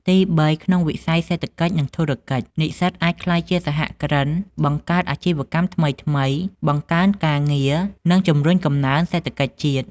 ទីបី ក្នុងវិស័យសេដ្ឋកិច្ច និងធុរកិច្ច និស្សិតអាចក្លាយជាសហគ្រិន បង្កើតអាជីវកម្មថ្មីៗ បង្កើនការងារ និងជំរុញកំណើនសេដ្ឋកិច្ចជាតិ។